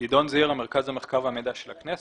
ממרכז המחקר והמידע של הכנסת.